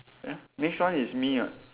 eh next one is me [what]